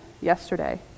yesterday